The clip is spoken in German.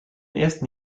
ersten